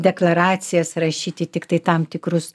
deklaracijas rašyti tiktai tam tikrus